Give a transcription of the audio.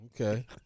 Okay